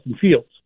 Fields